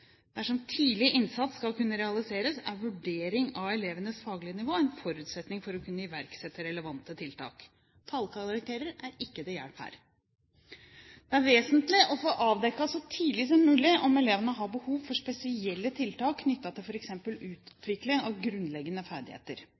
Dersom tidlig innsats skal kunne realiseres, er vurdering av elevenes faglige nivå en forutsetning for å kunne iverksette relevante tiltak. Tallkarakterer er ikke til hjelp her. Det er vesentlig å få avdekket så tidlig som mulig om elevene har behov for spesielle tiltak knyttet til f.eks. utvikling av grunnleggende ferdigheter.